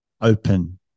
open